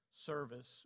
service